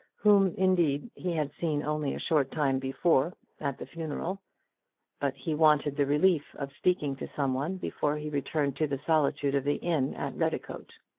whom, indeed, he had seen only a short time before at the funeral but he wanted the relief of speaking to some one before he returned to the solitude of the inn at redicote.